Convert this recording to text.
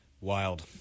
Wild